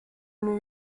new